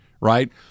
right